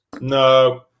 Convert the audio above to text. no